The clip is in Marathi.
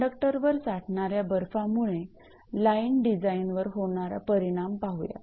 कंडक्टरवर साठणाऱ्या बर्फामुळे लाईन डिझाईनवर होणारा परिणाम पाहुयात